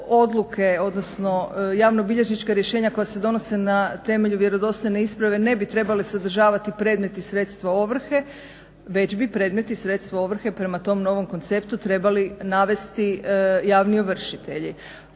odluke, odnosno javnobilježnička rješenja koja se donose na temelju vjerodostojne isprave ne bi trebala sadržavati predmet i sredstvo ovrhe, već bi predmet i sredstvo ovrhe prema tom novom konceptu trebali navesti javni ovršitelji.